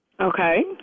Okay